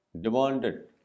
demanded